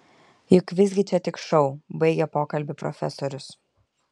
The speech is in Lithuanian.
juk visgi čia tik šou baigė pokalbį profesorius